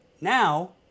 Now